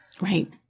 Right